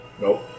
Nope